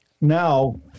Now